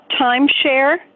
timeshare